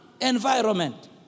environment